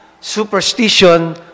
superstition